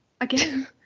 again